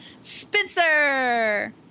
Spencer